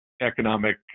economic